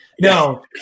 No